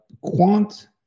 Quant